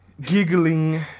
giggling